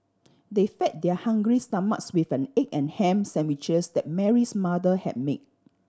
they fed their hungry stomachs with an egg and ham sandwiches that Mary's mother have made